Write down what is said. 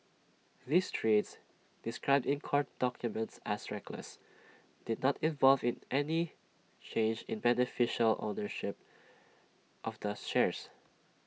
these trades described in court documents as reckless did not involve IT any change in beneficial ownership of the shares